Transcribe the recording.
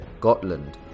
Gotland